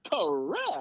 Correct